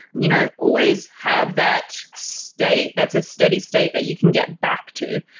you know always have that state. that's a steady state that you can get back to.